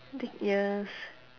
dig ears